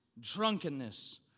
drunkenness